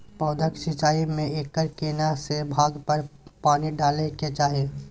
पौधों की सिंचाई में एकर केना से भाग पर पानी डालय के चाही?